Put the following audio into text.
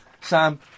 Sam